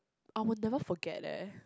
I will never forget leh